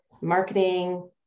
marketing